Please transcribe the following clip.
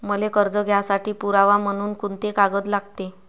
मले कर्ज घ्यासाठी पुरावा म्हनून कुंते कागद लागते?